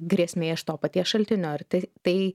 grėsmė iš to paties šaltinio ar tai